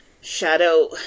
Shadow